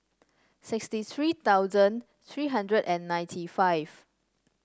sixty three thousand three hundred and ninety five